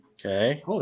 Okay